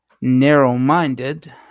narrow-minded